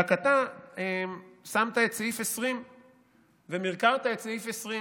רק שאתה שמת את סעיף 20 ומרקרת את סעיף 20,